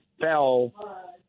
fell